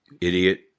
Idiot